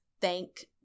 thank